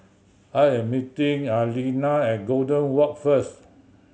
I am meeting Aleena at Golden Walk first